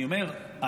אני אומר,